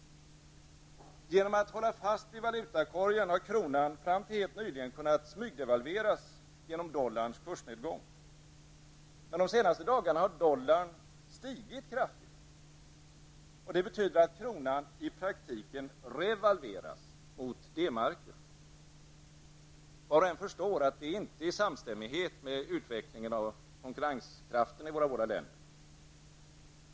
Genom att hålla fast vid valutakorgen har kronan fram till helt nyligen kunnat smygdevalveras genom dollarns kursnedgång. Men de senaste dagarna har dollarn stigit kraftigt, och det betyder att kronan i praktiken revalveras mot D-marken. Var och en förstår att det inte sker i samstämmighet med utvecklingen av konkurrenskraften i våra båda länder.